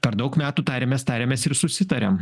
per daug metų tariamės tariamės ir susitariam